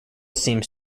seems